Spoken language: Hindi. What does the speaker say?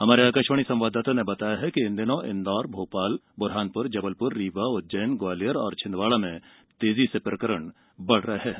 हमारे आकाशवाणी संवाददाता ने बताया कि मिली जानकारी के अनुसार इंदौर भोपाल बुहानपुर जबलपुर रीवा उज्जैन ग्वालियर और छिंदवाड़ा में तेजी से प्रकरण बढ़ रहे हैं